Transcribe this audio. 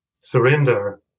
surrender